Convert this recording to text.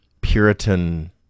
puritan